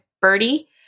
Birdie